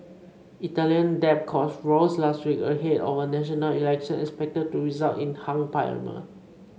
Italian debt costs rose last week ahead of a national election expected to result in a hung parliament